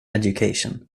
education